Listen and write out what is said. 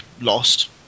lost